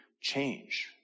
change